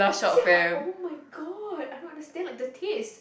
ya [oh]-my-god I don't understand like the taste